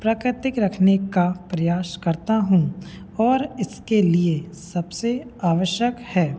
प्राकृतिक रखने का मैं प्रयास करता हूँ और इसके लिए सबसे आवश्यक है